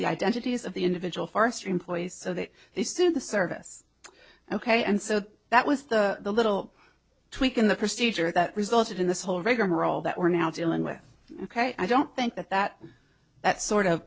the identities of the individual forester employees so that they sued the service ok and so that was the little tweak in the procedure that resulted in this whole rigamarole that we're now dealing with ok i don't think that that that sort of